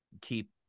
keep